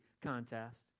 contest